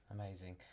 Amazing